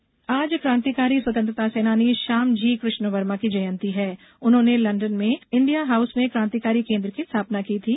सेनानी जयंती आज क्रांतिकारी स्वतंत्रता सेनानी श्यामजी कृष्ण वर्मा की जयंती है उन्होंने लंदन में इंडिया हाउस में क्रांतिकारी केन्द्र की स्थापना की थी